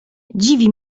dziwi